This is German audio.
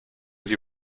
sie